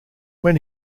when